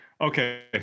Okay